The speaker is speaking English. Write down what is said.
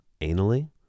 anally